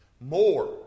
more